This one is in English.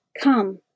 Come